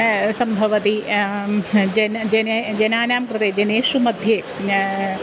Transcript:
सम्भवति जनाः जने जनानां कृते जनेषु मध्ये